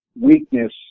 weakness